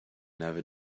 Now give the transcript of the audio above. never